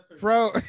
Bro